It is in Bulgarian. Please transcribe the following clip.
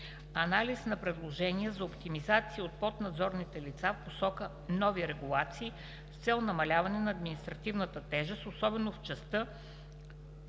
Анализ на предложения за оптимизации от поднадзорните лица в посока нови регулации с цел намаляване на административна тежест, особено в частта